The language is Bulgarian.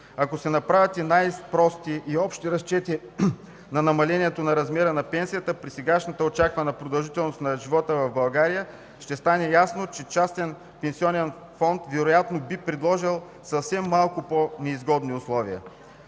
Ако се направят най-прости и общи разчети на намалението на размера на пенсията при сегашната очаквана продължителност на живота в България, ще стане ясно, че частен пенсионен фонд вероятно би предложил съвсем малко по-неизгодни условия.